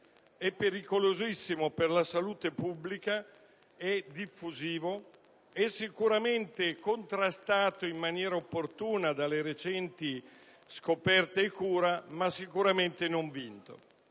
È pericolosissimo per la salute pubblica e diffusivo. È sicuramente contrastato in maniera opportuna dalle recenti scoperte e cure, ma sicuramente non è vinto.